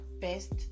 best